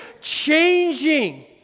changing